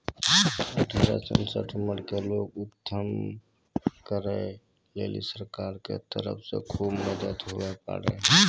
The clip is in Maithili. अठारह से चौसठ उमर के लोग उद्यम करै लेली सरकार के तरफ से खुब मदद हुवै पारै